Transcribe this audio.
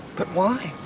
but why,